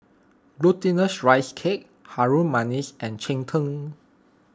Glutinous Rice Cake Harum Manis and Cheng Tng